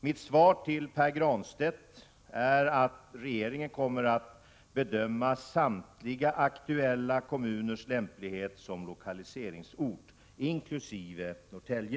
Mitt svar till Pär Granstedt är att regeringen kommer att bedöma samtliga aktuella kommuners lämplighet som lokaliseringsort, inkl. Norrtälje.